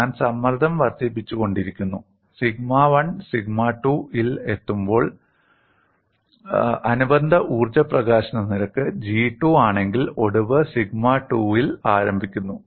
ഞാൻ സമ്മർദ്ദം വർദ്ധിപ്പിച്ചുകൊണ്ടിരിക്കുന്നു സിഗ്മ 1 സിഗ്മ 2 ൽ എത്തുമ്പോൾ അനുബന്ധ ഊർജ്ജ പ്രകാശന നിരക്ക് G2 ആണെങ്കിൽ ഒടിവ് സിഗ്മ 2 ൽ ആരംഭിക്കുന്നു